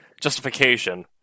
justification